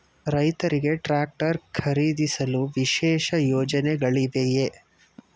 ರೈತರಿಗೆ ಟ್ರಾಕ್ಟರ್ ಖರೀದಿಸಲು ವಿಶೇಷ ಯೋಜನೆಗಳಿವೆಯೇ?